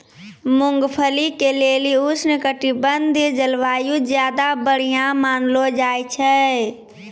मूंगफली के लेली उष्णकटिबंधिय जलवायु ज्यादा बढ़िया मानलो जाय छै